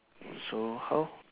so how